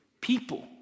People